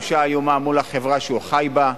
זאת תחושה איומה מול החברה שהוא חי בה,